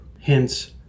Hence